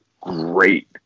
great